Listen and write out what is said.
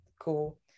cool